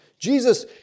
Jesus